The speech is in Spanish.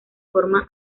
forma